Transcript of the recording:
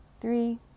three